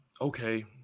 okay